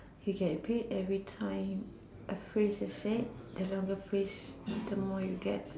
you get paid everytime a phrase you said the longer phrase the more you get